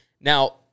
Now